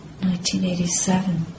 1987